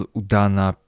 udana